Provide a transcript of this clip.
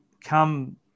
come